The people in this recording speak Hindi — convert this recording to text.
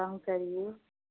कम करिए